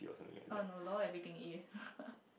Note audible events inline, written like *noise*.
er no lor everything A *laughs*